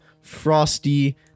Frosty